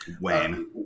Wayne